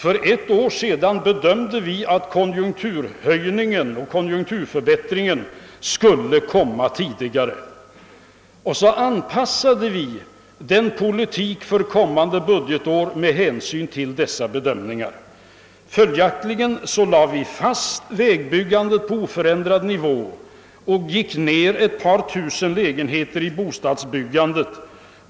För ett år sedan gjorde vi den bedömningen, att konjunkturförbättringen skulle komma tidigare. Vi anpassade därför politiken för kommande budgetår med hänsyn till denna bedömning. Följaktligen lade vi fast vägbyggandet på oförändrad nivå och gick ned ett par tusen lägenheter i bostadsbyggandet.